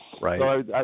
right